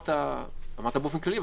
אמרת באופן כללי,